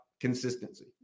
consistency